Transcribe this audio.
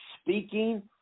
speaking